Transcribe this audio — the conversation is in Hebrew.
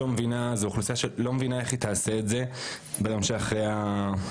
זו אוכלוסייה שהיא לא מבינה איך היא תעשה את זה ביום שאחרי הרפורמה.